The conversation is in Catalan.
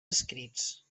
escrits